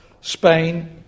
Spain